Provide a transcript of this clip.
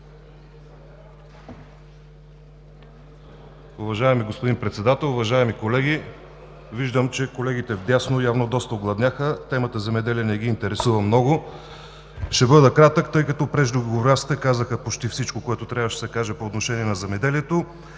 Уважаема госпожо Председател, уважаеми колеги! Виждам, че колегите вдясно явно доста огладняха, темата „Земеделие“ не ги интересува много. Ще бъда кратък, тъй като преждеговорившите казаха почти всичко, което трябваше да се каже по отношение на земеделието.